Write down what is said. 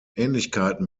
ähnlichkeiten